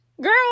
Girl